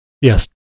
yes